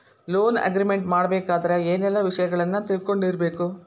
Loan agreement ಮಾಡ್ಬೆಕಾದ್ರ ಏನೆಲ್ಲಾ ವಿಷಯಗಳನ್ನ ತಿಳ್ಕೊಂಡಿರ್ಬೆಕು?